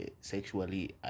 sexually